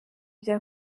bya